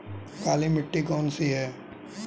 काली मिट्टी कौन सी है?